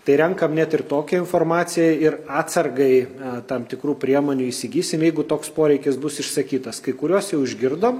tai renkam net ir tokią informaciją ir atsargai tam tikrų priemonių įsigysim jeigu toks poreikis bus išsakytas kai kuriuos jau išgirdom